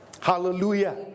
Hallelujah